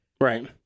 Right